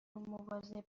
مواظب